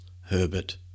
Herbert